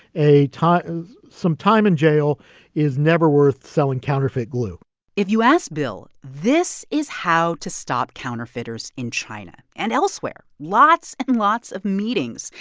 a time some time in jail is never worth selling counterfeit glue if you ask bill, this is how to stop counterfeiters in china and elsewhere lots and lots of meetings.